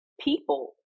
people